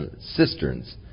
cisterns